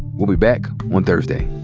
we'll be back on thursday